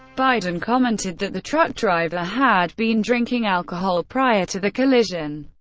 biden commented that the truck driver had been drinking alcohol prior to the collision,